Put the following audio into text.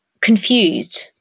confused